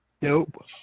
Nope